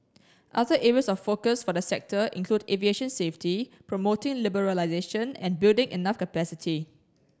other areas of focus for the sector include aviation safety promoting liberalisation and building enough capacity